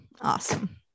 Awesome